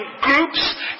groups